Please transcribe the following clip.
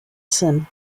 sin